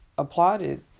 Applauded